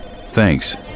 Thanks